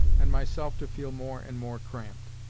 and myself to feel more and more cramped.